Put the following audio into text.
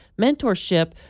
mentorship